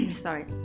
sorry